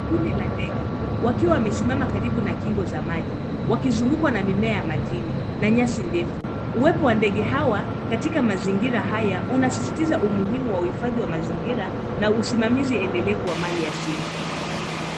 Kundi la ndege wakiwa wamesimama karibu na kingo za maji wakizungukwa na mimea ya majini na nyasi ndefu. Uwepo wa ndege hawa katika mazingira haya unasisitiza umuhimu wa uhifadhi wa mazingira na usimamizi endelevu kwa mali asili.